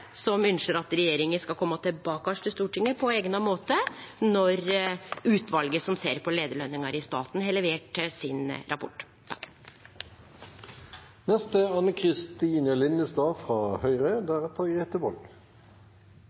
som ønskjer at regjeringa skal kome tilbake til Stortinget på eigna måte når utvalet som ser på leiarlønningar i staten, har levert rapporten sin.